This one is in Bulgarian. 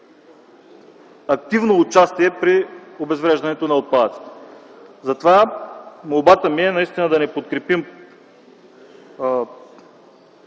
активно участие при обезвреждането на отпадъците. Затова молбата ми е да не подкрепим